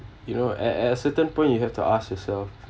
you know at at a certain point you have to ask yourself